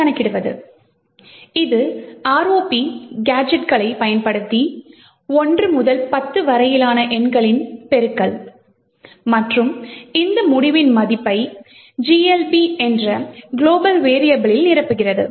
கணக்கிடுவது இது ROP கேஜெட்களைப் பயன்படுத்தி 1 முதல் 10 வரையிலான எண்களின் பெருக்கல் மற்றும் இந்த முடிவின் மதிப்பை GLB என்ற குளோபல் வெரியபிளில் நிரப்புகிறது